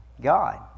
God